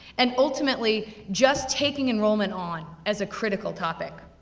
and ultimately, just taking enrollment on, as a critical topic.